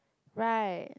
right